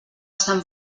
sant